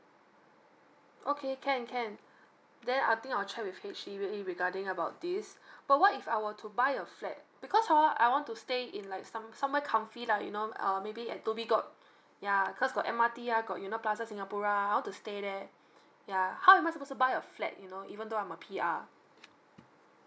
okay can can then I'll think I'll check with H_D_B regarding about this but what if I were to buy a flat because ah I want to stay in like some somewhere comfy lah you know uh maybe at dhoby ghaut yeah cause got M_R_T ah got you know plaza singapura how to stay there yeah how am I suppose to buy a flat you know even though I'm a P_R